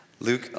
Luke